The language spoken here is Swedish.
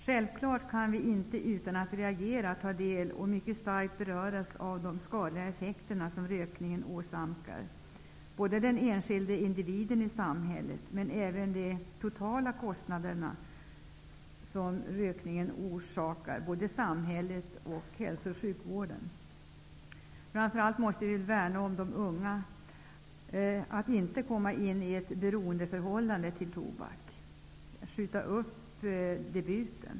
Självklart kan vi inte utan att reagera ta del och mycket starkt beröras såväl av de skadliga effekter som rökningen åsamkar den enskilde individen som av de totala kostnader som rökningen förorsakar samhället och hälso och sjukvården. Framför allt måste vi värna de unga, så att de inte hamnar i ett beroendeförhållande när det gäller tobaken. Det gäller att skjuta på debuten.